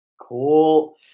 Cool